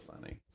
funny